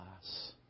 class